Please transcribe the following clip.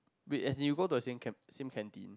wait as in you go to the same can~ same canteen